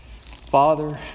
Father